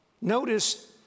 notice